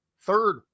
Third